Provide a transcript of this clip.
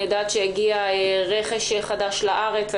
אני יודעת שהגיע רכש חדש לארץ.